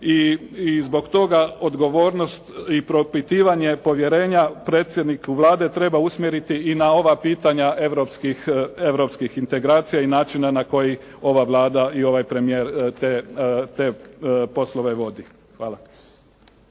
i zbog toga odgovornost i propitivanje povjerenja predsjednik Vlade treba usmjeriti i na ova pitanja europskih integracija i načina na koji ova Vlada i ovaj premijer te poslove vodi. Hvala.